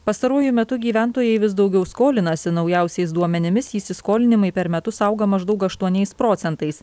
pastaruoju metu gyventojai vis daugiau skolinasi naujausiais duomenimis įsiskolinimai per metus auga maždaug aštuoniais procentais